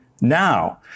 now